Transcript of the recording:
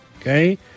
okay